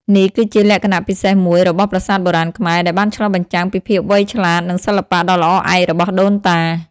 នេះគឺជាលក្ខណៈពិសេសមួយរបស់ប្រាសាទបុរាណខ្មែរ ដែលបានឆ្លុះបញ្ចាំងពីភាពវៃឆ្លាតនិងសិល្បៈដ៏ល្អឯករបស់ដូនតា។